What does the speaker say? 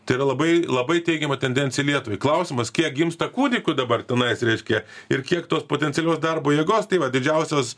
tai yra labai labai teigiama tendencija lietuvai klausimas kiek gimsta kūdikių dabar tenais reiškia ir kiek tos potencialios darbo jėgos tai va didžiausios